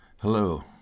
Hello